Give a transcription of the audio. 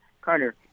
Carter